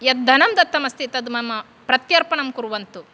यद् धनं दत्तमस्ति तत् मम प्रत्यर्पणं कुर्वन्तु